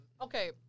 Okay